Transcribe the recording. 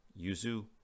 Yuzu